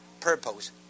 purpose